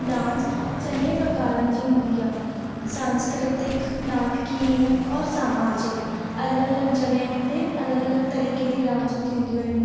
dance अनेक प्रकारनि जी हूंदी आहे सांस्कृतिक नाटकी और सामाजिक अलॻि अलॻि जॻहियुनि ते अलॻि अलॻि तरीक़े जी रांदियूं थींदियूं आहिनि